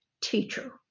teacher